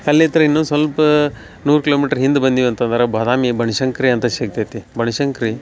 ಅಲ್ಲಿತ್ರ ಇನ್ನೊಂದು ಸ್ವಲ್ಪ ನೂರು ಕಿಲೋಮಿಟ್ರ್ ಹಿಂದೆ ಬಂದೀವಿ ಅಂತಂದ್ರೆ ಬದಾಮಿ ಬನ್ಶಂಕ್ರಿ ಅಂತ ಸಿಗ್ತೈತಿ ಬನಶಂಕ್ರಿ